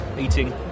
eating